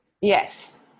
Yes